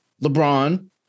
LeBron